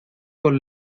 con